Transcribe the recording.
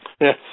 Yes